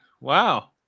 Wow